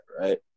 right